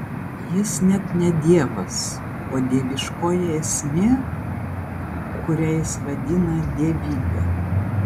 jis net ne dievas o dieviškoji esmė kurią jis vadina dievybe